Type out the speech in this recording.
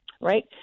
right